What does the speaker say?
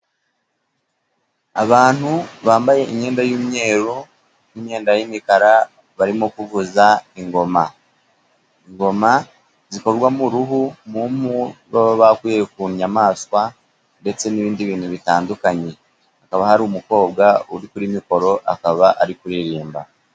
Abantu bambaye imyenda y'imweru, imyenda y'imikara, barimo kuvuza ingoma, ingoma zikorwa m'uruhu, mupu baba bakuye ku nyamanswa ndetse n'ibindi bintu bitandukanye, hakaba hari umukobwa uri kuri mikoro, akaba ari kuririmba.